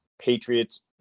Patriots